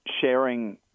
sharing